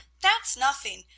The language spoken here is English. that's nothing.